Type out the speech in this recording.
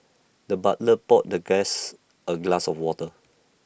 the butler poured the guest A glass of water